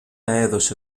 έδωσε